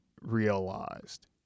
realized